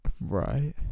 Right